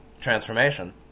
transformation